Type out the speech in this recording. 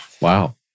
wow